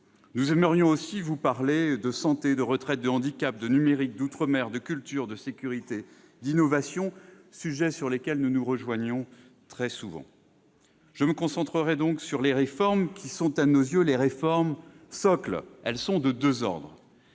Nous aimerions aussi pouvoir parler de santé, de retraite, de handicap, de numérique, d'outre-mer, de culture, de sécurité ou d'innovation, sujets sur lesquels nous nous rejoignons très souvent. Je me concentrerai donc sur les réformes qui, à nos yeux, sont les « réformes socles ». Ces mesures sont de deux ordres.